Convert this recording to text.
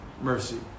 mercy